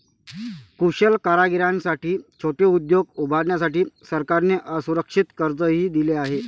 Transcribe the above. कुशल कारागिरांसाठी छोटे उद्योग उभारण्यासाठी सरकारने असुरक्षित कर्जही दिले आहे